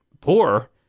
poor